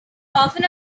often